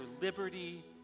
liberty